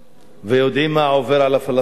ויודעים מה עובר על הפלסטינים,